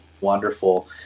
wonderful